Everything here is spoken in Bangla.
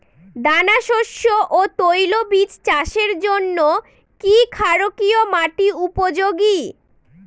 দানাশস্য ও তৈলবীজ চাষের জন্য কি ক্ষারকীয় মাটি উপযোগী?